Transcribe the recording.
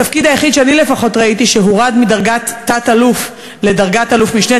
התפקיד היחיד שאני לפחות ראיתי שהורד מדרגת תת-אלוף לדרגת אלוף-משנה,